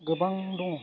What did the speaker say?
गोबां दङ